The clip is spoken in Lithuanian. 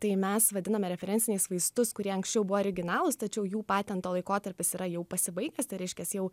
tai mes vadiname referenciniais vaistus kurie anksčiau buvo originalūs tačiau jų patento laikotarpis yra jau pasibaigęs tai reiškias jau